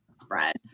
spread